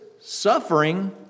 suffering